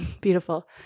beautiful